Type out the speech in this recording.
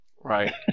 Right